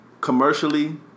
Commercially